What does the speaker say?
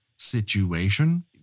situation